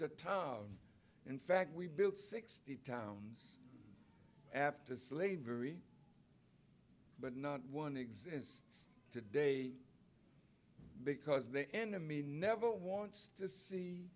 a town in fact we built sixty towns after slavery but not one exists today because the enemy never wants to see